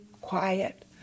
quiet